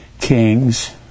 Kings